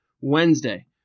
Wednesday